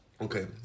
okay